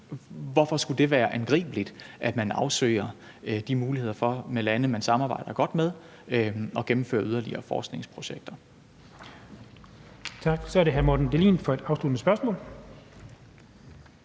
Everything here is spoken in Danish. Hvorfor skulle det være angribeligt, at man afsøger mulighederne for med lande, man samarbejder godt med, at gennemføre yderligere forskningsprojekter? Kl. 14:05 Den fg. formand (Jens